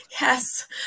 Yes